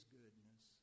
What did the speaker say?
goodness